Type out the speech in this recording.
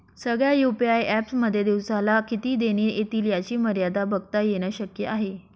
सगळ्या UPI apps मध्ये दिवसाला किती देणी एतील याची मर्यादा बघता येन शक्य आहे